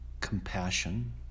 compassion